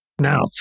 Now